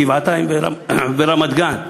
גבעתיים ורמת-גן.